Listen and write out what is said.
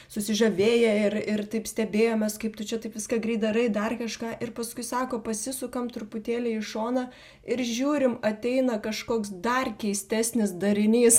susižavėję ir ir taip stebėjomės kaip tu čia taip viską greit darai dar kažką ir paskui sako pasisukam truputėlį į šoną ir žiūrim ateina kažkoks dar keistesnis darinys